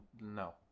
no